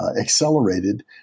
accelerated